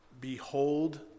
behold